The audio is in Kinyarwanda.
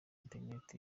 internet